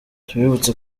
tubibutse